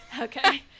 Okay